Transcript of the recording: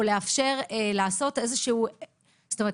זאת אומרת,